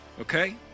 Okay